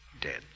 dead